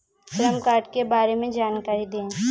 श्रम कार्ड के बारे में जानकारी दें?